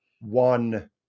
one